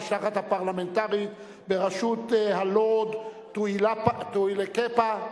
המשלחת הפרלמנטרית בראשות הלורד טוּילָקֶפָּה.